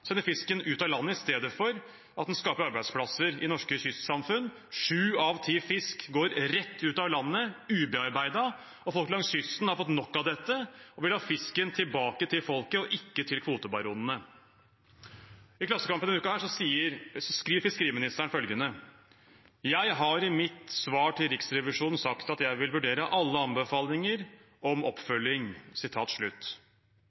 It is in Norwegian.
sender fisken ut av landet i stedet for at den kunne skapt arbeidsplasser i norske kystsamfunn. Sju av ti fisk går rett ut av landet ubearbeidet. Folk langs kysten har fått nok av dette og vil ha fisken tilbake til folket og ikke til kvotebaronene. I Nationen denne uken skriver fiskeriministeren følgende: «Jeg har i mitt svar til dem sagt at jeg vil vurdere alle anbefalinger om